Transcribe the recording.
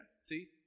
see